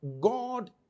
God